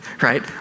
right